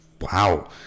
wow